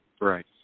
Right